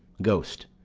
ghost.